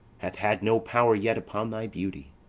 hath had no power yet upon thy beauty.